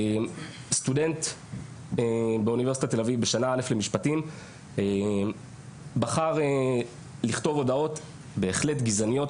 סטודנט באונ' תל אביב שנה א' למשפטים בחר לכתוב הודעות בהחלט גזעניות,